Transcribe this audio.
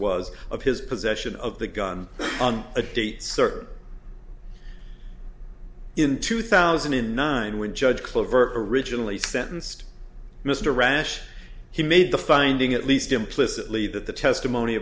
was of his possession of the gun on a date certain in two thousand and nine when judge clover originally sentenced mr rash he made the finding at least implicitly that the testimony